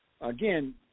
again